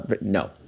no